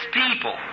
people